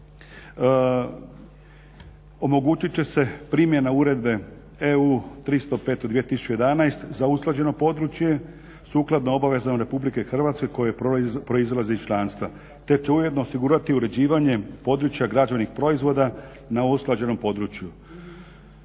omogućit će se primjena Uredbe EU 305/2011. za usklađeno područje sukladno obavezama Republike Hrvatske koje proizlaze iz članstva te će ujedno osigurati uređivanje područja građevnih proizvoda na usklađenom području.